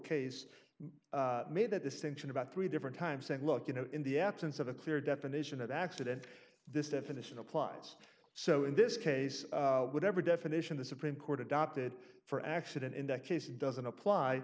case made that distinction about three different times saying look you know in the absence of a clear definition of accident this definition applies so in this case whatever definition the supreme court adopted for accident in that case doesn't apply